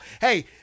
Hey